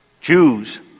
Jews